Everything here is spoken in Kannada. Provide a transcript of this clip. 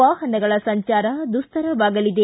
ವಾಹನಗಳ ಸಂಚಾರ ದುಸ್ತರವಾಗಲಿದೆ